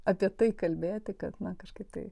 apie tai kalbėti kad na kažkaip tai